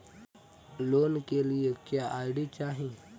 Loan के लिए क्या आई.डी चाही?